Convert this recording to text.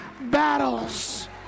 battles